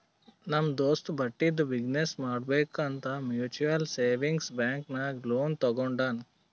ನಮ್ ದೋಸ್ತ ಬಟ್ಟಿದು ಬಿಸಿನ್ನೆಸ್ ಮಾಡ್ಬೇಕ್ ಅಂತ್ ಮ್ಯುಚುವಲ್ ಸೇವಿಂಗ್ಸ್ ಬ್ಯಾಂಕ್ ನಾಗ್ ಲೋನ್ ತಗೊಂಡಾನ್